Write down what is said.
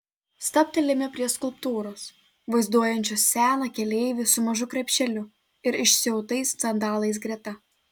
stabtelime prie skulptūros vaizduojančios seną keleivį su mažu krepšeliu ir išsiautais sandalais greta